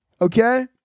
okay